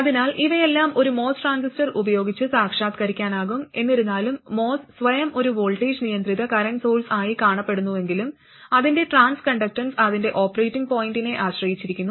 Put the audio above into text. അതിനാൽ ഇവയെല്ലാം ഒരു MOS ട്രാൻസിസ്റ്റർ ഉപയോഗിച്ച് സാക്ഷാത്കരിക്കാനാകും എന്നിരുന്നാലും MOS സ്വയം ഒരു വോൾട്ടേജ് നിയന്ത്രിത കറന്റ് സോഴ്സ് ആയി കാണപ്പെടുന്നുവെങ്കിലും അതിന്റെ ട്രാൻസ് കണ്ടക്ടൻസ് അതിന്റെ ഓപ്പറേറ്റിംഗ് പോയിന്റിനെ ആശ്രയിച്ചിരിക്കുന്നു